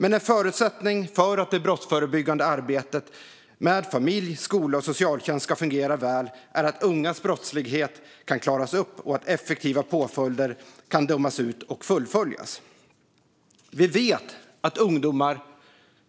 Men en förutsättning för att det brottsförebyggande arbetet med familj, skola och socialtjänst ska fungera väl är att ungas brottslighet kan klaras upp och att effektiva påföljder kan dömas ut och fullföljas. Vi vet att ungdomar